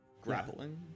Grappling